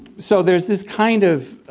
so there's this kind of